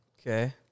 Okay